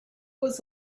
was